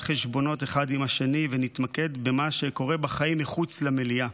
חשבונות אחד עם השני ונתמקד במה שקורה בחיים מחוץ למליאה,